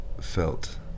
felt